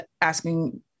asking